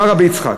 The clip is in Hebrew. אמר רבי יצחק,